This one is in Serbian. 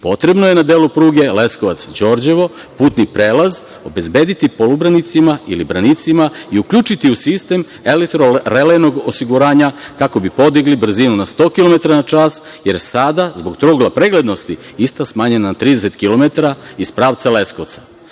potrebno je na delu pruge Leskovac-Đorđevo, putni prelaz obezbediti polubranicima ili branicima i uključiti u sistem elektrorelejnog osiguranja, kako bi podigli brzinu na 100 kilometara na čas, jer sada zbog trougla preglednosti je ista smanjena na 30 kilometara iz pravca Leskovca. Odrađen